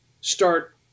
start